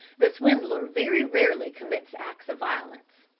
the swindler very rarely commits acts of violence.